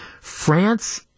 France